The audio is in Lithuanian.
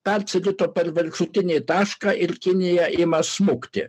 persirito per viršutinį tašką ir kinija ima smukti